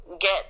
get